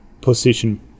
position